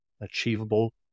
achievable